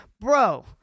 Bro